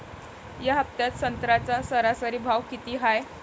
या हफ्त्यात संत्र्याचा सरासरी भाव किती हाये?